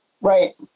Right